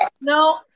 No